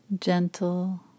gentle